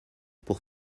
pour